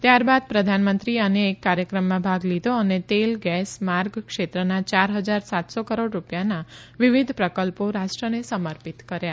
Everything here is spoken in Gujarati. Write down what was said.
ત્યારબાદ પ્રધાનમંત્રીએ અન્ય એક કાર્યક્રમમાં ભાગ લીધો અને તેલ ગેસ માર્ગ ક્ષેત્રના ચાર હજાર સાતસો કરોડ રૂપિયાના વિવિધ પ્રકલ્પો રાષ્ટ્રને સમર્પિત કર્યા